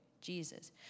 Jesus